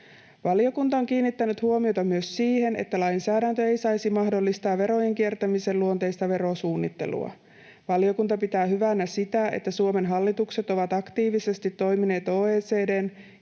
Valiokunta on kiinnittänyt huomiota myös siihen, että lainsäädäntö ei saisi mahdollistaa verojen kiertämisen luonteista verosuunnittelua. Valiokunta pitää hyvänä sitä, että Suomen hallitukset ovat aktiivisesti toimineet OECD:n